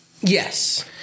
Yes